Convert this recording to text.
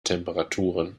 temperaturen